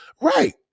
right